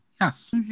Yes